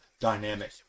dynamic